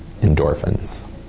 Endorphins